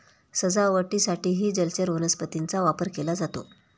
सजावटीसाठीही जलचर वनस्पतींचा वापर केला जातो